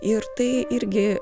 ir tai irgi